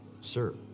sir